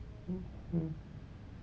mm mm